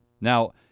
Now